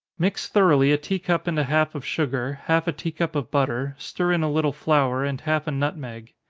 mix thoroughly a tea-cup and a half of sugar, half a tea-cup of butter, stir in a little flour, and half a nutmeg.